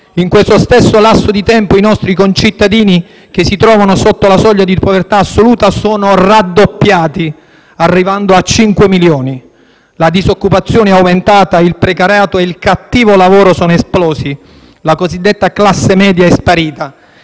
In questo stesso lasso di tempo i nostri concittadini che si trovano sotto la soglia di povertà assoluta sono raddoppiati, arrivando a 5 milioni. La disoccupazione è aumentata, il precariato e il cattivo lavoro sono esplosi; la cosiddetta classe media è sparita.